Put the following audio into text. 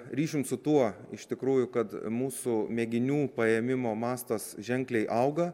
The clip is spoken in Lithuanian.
ryšium su tuo iš tikrųjų kad mūsų mėginių paėmimo mastas ženkliai auga